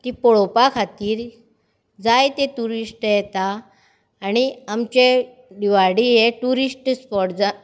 तीं पळोवपा खातीर जायते ट्युरिस्ट येता आनी आमचें दिवाडी हें ट्युरिस्ट स्पॉट